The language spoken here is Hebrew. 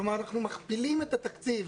כלומר אנחנו מכפילים את התקציב